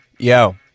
Yo